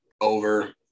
over